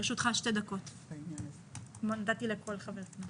לרשותך שתי דקות כפי שנתתי לכל חבר כנסת.